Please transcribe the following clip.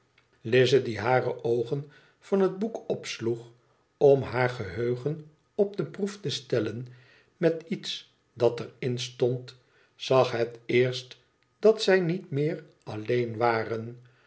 lize die hare oogen van het boek opsloeg om haar geheugen op de proef te stellen met iets dat er in stond zag het eerst dat zij niet meer leen waren